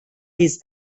his